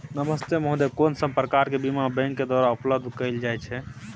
नमस्ते महोदय, कोन सब प्रकार के बीमा बैंक के द्वारा उपलब्ध कैल जाए छै?